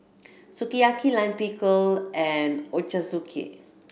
Sukiyaki Lime Pickle and Ochazuke